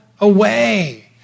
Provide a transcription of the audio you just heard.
away